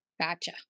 Gotcha